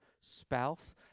spouse